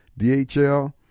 dhl